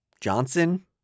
Johnson